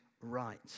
right